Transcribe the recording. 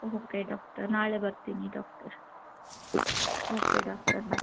okay doctor ನಾಳೆ ಬರ್ತೀನಿ doctor okay doctor ಬಾಯ್